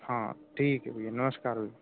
हाँ ठीक है भैया नमस्कार भैया